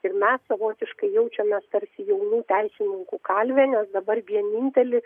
ir mes savotiškai jaučiamės tarsi jaunų teisininkų kalvė nes dabar vienintelį